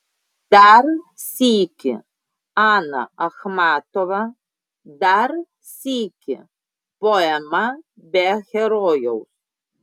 dar sykį ana achmatova dar sykį poema be herojaus